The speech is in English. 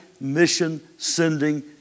mission-sending